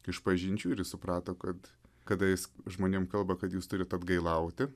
išpažinčių ir jis suprato kad kada jis žmonėm kalba kad jūs turite atgailauti